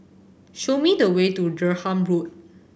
show me the way to Durham Road